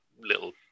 little